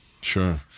sure